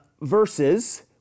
verses